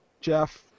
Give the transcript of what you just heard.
jeff